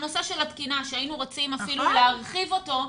הנושא של התקינה שהיינו רוצים אפילו להרחיב אותו,